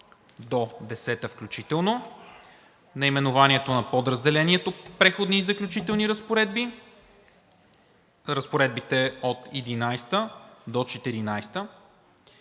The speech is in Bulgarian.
§ 10 включително, наименованието на подразделението „Преходни и заключителни разпоредби“, разпоредбите от § 11 до §